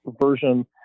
version